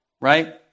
right